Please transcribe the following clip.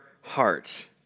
heart